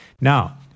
Now